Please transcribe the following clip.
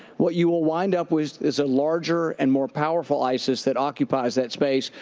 what you will wind up with is a larger and more powerful isis that occupies that space.